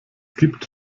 gibt